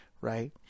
right